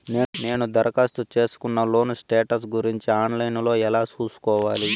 నేను దరఖాస్తు సేసుకున్న లోను స్టేటస్ గురించి ఆన్ లైను లో ఎలా సూసుకోవాలి?